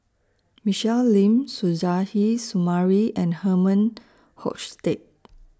Michelle Lim Suzairhe Sumari and Herman Hochstadt